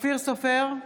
אופיר סופר,